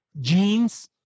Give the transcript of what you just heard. jeans